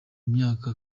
myaka